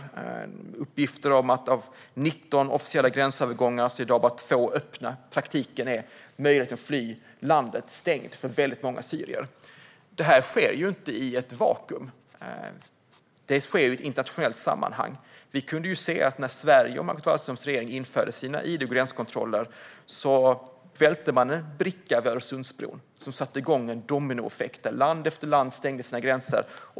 Det har kommit uppgifter om att bara 2 av 19 officiella gränsövergångar i dag är öppna. I praktiken är möjligheten att fly landet stängd för väldigt många syrier. Det här sker inte i ett vakuum. Det sker i ett internationellt sammanhang. När Sverige och Margot Wallströms regering införde sina id och gränskontroller välte man en bricka över Öresundsbron och satte igång en dominoeffekt. Land efter land stängde sina gränser.